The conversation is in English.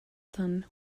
son